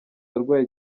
arwaye